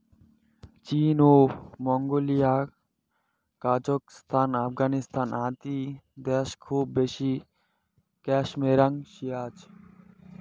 চীন, Mongolia, Kazakhstan, Afghanistan আদি দ্যাশ খুব বেশি ক্যাশমেয়ার সিজ্জায়